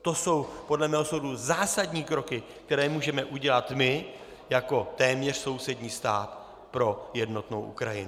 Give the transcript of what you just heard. To jsou podle mého soudu zásadní kroky, které můžeme udělat my jako téměř sousední stát pro jednotnou Ukrajinu.